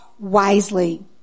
Wisely